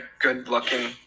good-looking